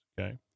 Okay